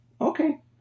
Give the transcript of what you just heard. Okay